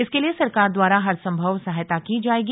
इसके लिए सरकार द्वारा हर सम्भव सहायता की जाएगी